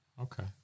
Okay